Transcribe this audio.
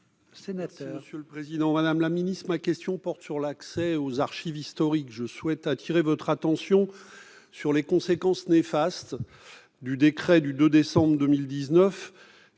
Mme la ministre des armées. Madame la secrétaire d'État, ma question porte sur l'accès aux archives historiques. Je souhaite attirer votre attention sur les conséquences néfastes du décret du 2 décembre 2019,